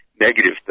negative